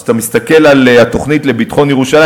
אז אתה מסתכל על התוכנית לביטחון ירושלים